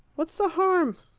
what's the harm?